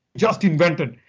just invented.